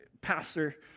pastor